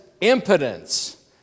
impotence